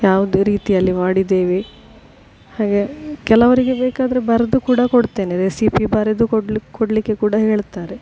ಯಾವ ರೀತಿಯಲ್ಲಿ ಮಾಡಿದ್ದೇವೆ ಹಾಗೇ ಕೆಲವರಿಗೆ ಬೇಕಾದರೆ ಬರೆದು ಕೂಡ ಕೊಡ್ತೇನೆ ರೆಸಿಪಿ ಬರೆದು ಕೊಡ್ಳಿ ಕೊಡಲಿಕ್ಕೆ ಕೂಡ ಹೇಳ್ತಾರೆ